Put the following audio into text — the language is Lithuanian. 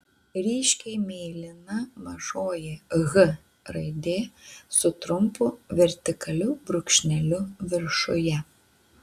ryškiai mėlyna mažoji h raidė su trumpu vertikaliu brūkšneliu viršuje